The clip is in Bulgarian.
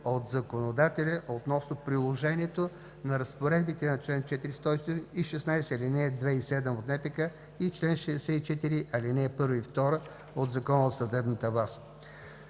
от законодателя относно приложението на разпоредбите на чл. 416, алинеи 2 и 7 от НПК и чл. 64, алинеи 1 и 2 от Закона за съдебната власт.